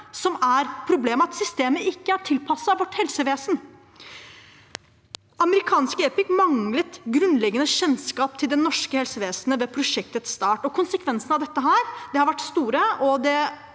som er problemet, at systemet ikke er tilpasset vårt helsevesen. Amerikanske Epic manglet grunnleggende kjennskap til det norske helsevesenet ved prosjektets start. Konsekvensene av dette har vært store.